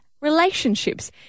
relationships